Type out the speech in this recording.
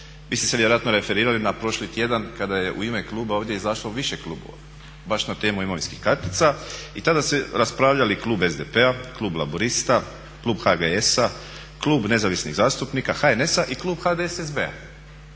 Vi ste se vjerojatno referirali na prošli tjedan kada je u ime kluba ovdje izašlo više klubova baš na temu imovinskih kartica i tada su raspravljali klub SDP-a, klub Laburista, klub HGS-a, klub Nezavisnih zastupnika, HNS-a i klub HDSSB-a.